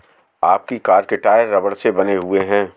आपकी कार के टायर रबड़ से बने हुए हैं